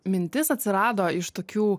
mintis atsirado iš tokių